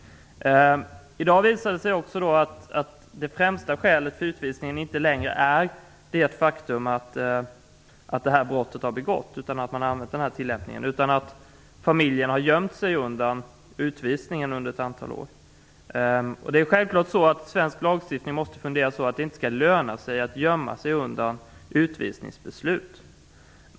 I dag visade det sig att det främsta skälet till utvisningen inte längre är det faktum att brottet begåtts, utan att familjen gömt sig undan utvisning under ett antal år. Självklart måste svensk lagstiftning fungera så att det inte skall löna sig att gömma sig undan utvisningsbeslut.